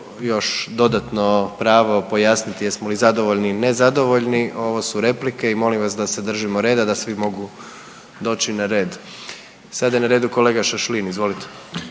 dodatno pravo pojasniti jesmo li zadovoljni ili nezadovoljni, ovo su replike i molim vas da se držimo reda da svi mogu doći na red. Sada je na redu kolega Šašlin, izvolite.